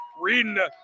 reading